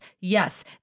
yes